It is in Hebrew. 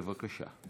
בבקשה.